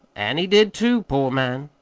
an' he did, too, poor man!